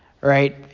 right